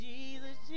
Jesus